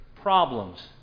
problems